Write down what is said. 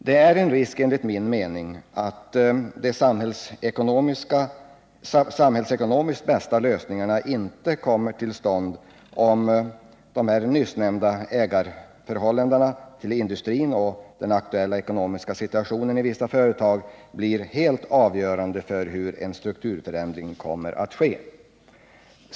Det är enligt min mening en risk för att de samhällsekonomiskt bästa lösningarna inte kommer till stånd om de nyssnämnda ägarförhållandena i industrin och den aktuella ekonomiska situationen i vissa företag blir helt avgörande för hur en strukturförändring kommer att ske.